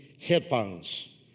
headphones